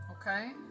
okay